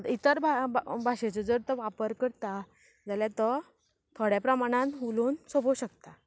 इतर भा भा भाशेचो जर तो वापर करता जाल्या तो थोड्या प्रमाणान उलोवन सोपोवं शकता